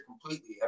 completely